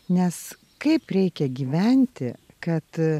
nes kaip reikia gyventi kad